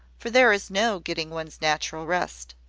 for there is no getting one's natural rest.